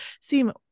seem